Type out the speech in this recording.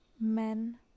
men